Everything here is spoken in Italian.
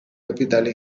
capitale